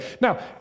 Now